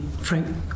Frank